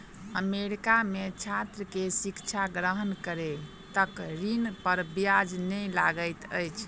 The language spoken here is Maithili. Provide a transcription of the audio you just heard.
अमेरिका में छात्र के शिक्षा ग्रहण करै तक ऋण पर ब्याज नै लगैत अछि